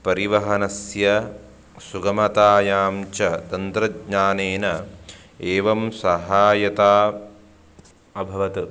परिवहनस्य सुगमतायां च तन्त्रज्ञानेन एवं सहायता अभवत्